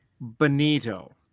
Benito